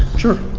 sure.